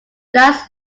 last